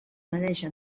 mareja